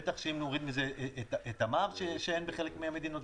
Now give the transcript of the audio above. בטח שאם נוריד מזה את המע"מ שאין בחלק מהמדינות,